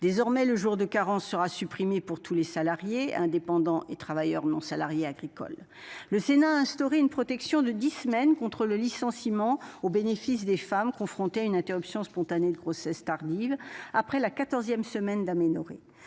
désormais le jour de carence sera supprimée pour tous les salariés indépendants et travailleurs non salariés agricoles. Le Sénat instaurer une protection de 10 semaines contre le licenciement au bénéfice des femmes confrontées à une interruption spontanée de grossesse tardive après la 14ème semaine d'aménorrhée,